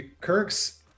kirk's